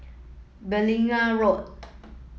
Beaulieu Road